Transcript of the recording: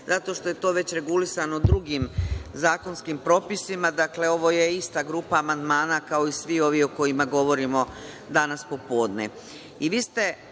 zato što je to već regulisano drugim zakonskim propisima, dakle, ovo je ista grupa amandmana, kao i svi ovi o kojima govorimo danas popodne. Vlada